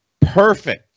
perfect